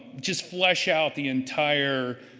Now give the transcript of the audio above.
just flush out the entire